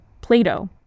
Plato